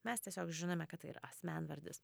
mes tiesiog žinome kad tai yra asmenvardis